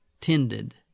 tended